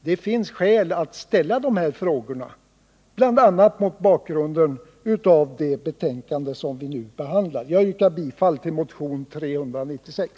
Det finns skäl att ställa dessa frågor, bl.a. mot bakgrund av det betänkande som vi nu behandlar. Herr talman! Jag yrkar bifall till motion nr 396.